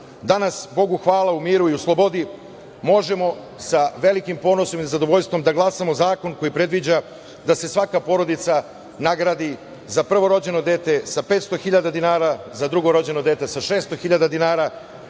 Danas, Bogu hvala, u miru i u slobodi možemo sa velikim ponosom i zadovoljstvom da glasamo za zakon koji predviđa da se svaka porodica nagradi za prvo rođeno dete sa 500 hiljada dinara, za drugo rođeno dete sa 600 hiljada